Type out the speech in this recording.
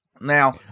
Now